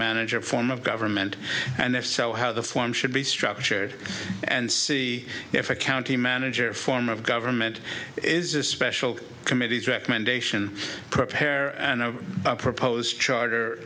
manager form of government and their so how the form should be structured and see if a county manager form of government is a special committees recommendation prepare and propose charter